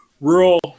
rural